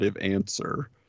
answer